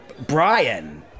Brian